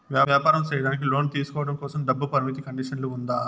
వ్యాపారం సేయడానికి లోను తీసుకోవడం కోసం, డబ్బు పరిమితి కండిషన్లు ఉందా?